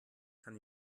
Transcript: kann